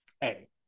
Hey